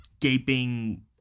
gaping